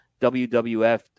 WWF